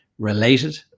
related